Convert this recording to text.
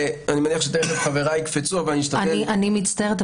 אני מניח שתכף חבריי יקפצו ואני אשתדל --- אני מצטערת,